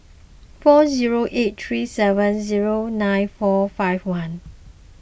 four zero eight three seven zero nine four five one